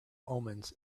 omens